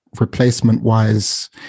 replacement-wise